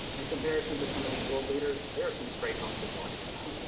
in comparison to some of these world leaders, there are some straight uncles walking around.